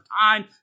time